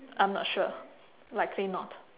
I'm not sure likely not